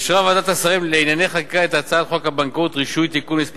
אישרה ועדת השרים לענייני חקיקה את הצעת חוק הבנקאות (רישוי) (תיקון מס'